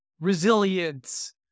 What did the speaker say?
resilience